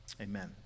Amen